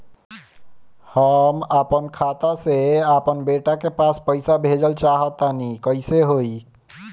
हम आपन खाता से आपन बेटा के पास पईसा भेजल चाह तानि कइसे होई?